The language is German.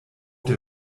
der